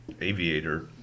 aviator